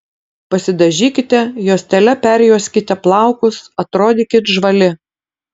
pasidažykite juostele perjuoskite plaukus atrodykit žvali